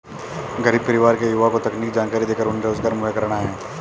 गरीब परिवार के युवा को तकनीकी जानकरी देकर उन्हें रोजगार मुहैया कराना है